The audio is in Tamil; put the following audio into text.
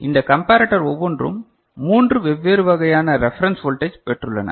இந்த கம்பரட்டர் ஒவ்வொன்றும் 3 வெவ்வேறு வகையான ரெஃபரன்ஸ் வோல்டேஜ் பெற்றுள்ளன